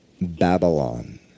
Babylon